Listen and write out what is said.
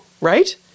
right